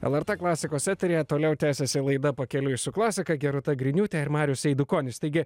lrt klasikos eteryje toliau tęsiasi laida pakeliui su klasika gerūta griniūtė ir marius eidukonis taigi